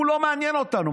הוא לא מעניין אותנו,